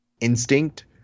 instinct